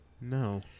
No